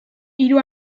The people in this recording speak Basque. hiru